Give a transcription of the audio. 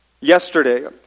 yesterday